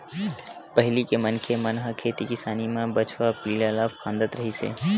पहिली के मनखे मन ह खेती किसानी म बछवा पिला ल फाँदत रिहिन हे